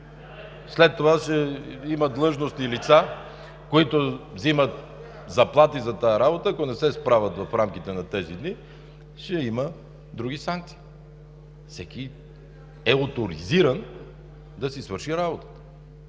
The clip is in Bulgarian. След това има длъжностни лица, които взимат заплати за тази работа. Ако не се справят в рамките на тези дни, ще има други санкции. Всеки е оторизиран да си свърши работата.